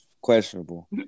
questionable